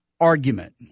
argument